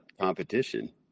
competition